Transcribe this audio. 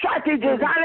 strategies